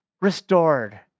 restored